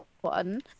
one